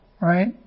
right